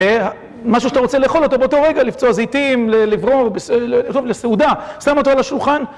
משהו שאתה רוצה לאכול אותו באותו רגע, לבצור זיתים, לברור, לסעודה, שם אותו על השולחן.